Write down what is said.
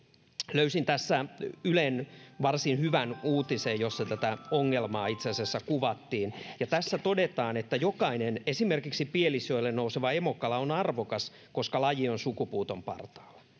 löysin tässä ylen varsin hyvän uutisen jossa tätä ongelmaa itse asiassa kuvattiin ja tässä todetaan että jokainen esimerkiksi pielisjoelle nouseva emokala on arvokas koska laji on sukupuuton partaalla